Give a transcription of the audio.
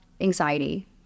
anxiety